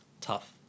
tough